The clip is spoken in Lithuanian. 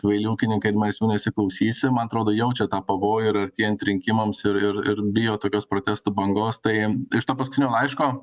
kvaili ūkininkai mes jų nesiklausysim atrodo jaučia tą pavojų ir artėjant rinkimams ir ir ir bijo tokios protestų bangos tai iš to paskutinio laiško